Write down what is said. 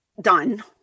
done